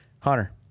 Hunter